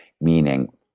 meaning